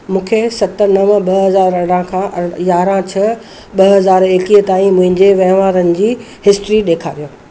मूंखे सत नव ॿ हज़ार अरड़हं खां अं यारहं छह ॿ हज़ार एकवीह ताईं मुंहिंजे वहिंवारनि जी हिस्ट्री ॾेखारियो